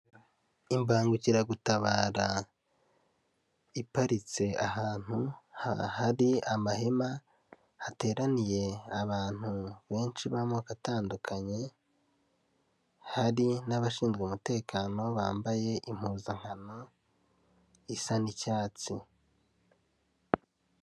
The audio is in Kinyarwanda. Imbangukiragutabara iparitse ahantu hari amahema hateraniye abantu benshi b'amoko atandukanye, hari n'abashinzwe umutekano bambaye impuzankano isa n'icyatsi.